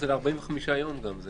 זה ל-45 יום שם.